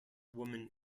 woman